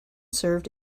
served